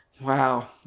Wow